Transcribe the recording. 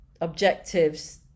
objectives